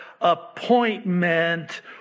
appointment